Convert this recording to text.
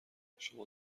شما